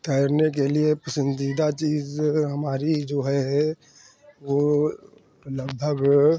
तैरने के लिए पसंदीदा चीज़ हमारी जो है वो लगभग